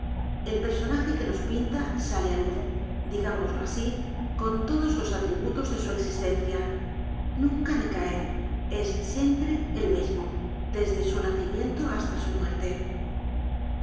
el personaje que nos pinla sale á luz digamoslo así con l odos los atributos de su existencia nunca clecae es siempre el mismo desde su nacimiento hasta su muerte